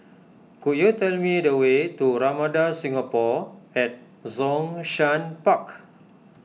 could you tell me the way to Ramada Singapore at Zhongshan Park